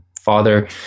father